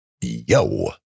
Yo